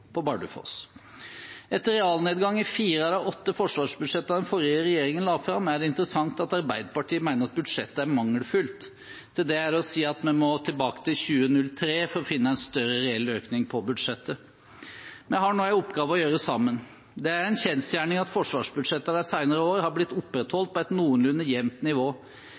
i Bardufoss. Etter realnedgang i fire av de åtte forsvarsbudsjettene den forrige regjeringen la fram, er det interessant at Arbeiderpartiet mener at budsjettet er mangelfullt. Til det er å si at vi må tilbake til 2003 for å finne en større reell økning på budsjettet. Vi har nå en oppgave å gjøre sammen. Det er en kjensgjerning at forsvarsbudsjettene de senere år har blitt opprettholdt på et noenlunde jevnt nivå.